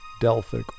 Delphic